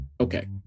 okay